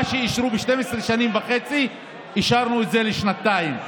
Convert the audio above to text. מה שאישרו ב-12 שנים וחצי, אישרנו את זה לשנתיים.